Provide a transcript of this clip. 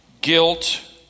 guilt